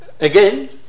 Again